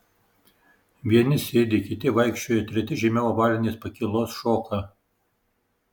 vieni sėdi kiti vaikščioja treti žemiau ovalinės pakylos šoka